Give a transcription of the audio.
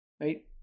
Right